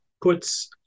puts